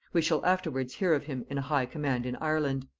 we shall afterwards hear of him in a high command in ireland.